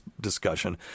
discussion